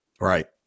Right